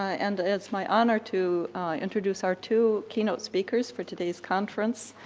and it's my honor to introduce our two keynote speakers for today's conference.